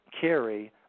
carry